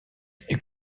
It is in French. est